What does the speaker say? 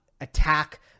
attack